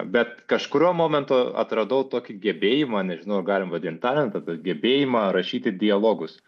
bet kažkuriuo momentu atradau tokį gebėjimą nežinau ar galim vadint talentą bet gebėjimą rašyti dialogus